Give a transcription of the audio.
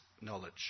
knowledge